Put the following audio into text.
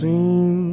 Seem